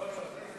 לא, לא.